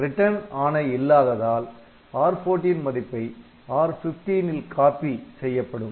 RET மீளல் ஆணை இல்லாததால் R14 மதிப்பை R15 இல் காப்பி copy நகல் செய்யப்படும்